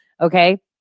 okay